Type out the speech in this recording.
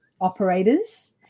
operators